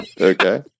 Okay